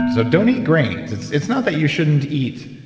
so don't eat grains. it's it's not that you shouldn't eat